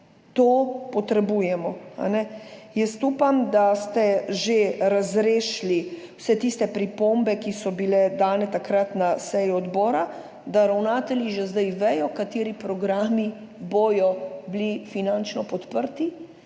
to potrebujemo.« Upam, da ste že razrešili vse tiste pripombe, ki so bile dane takrat na seji odbora, da ravnatelji zdaj že vedo, kateri programi bodo finančno podprti,